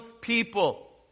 people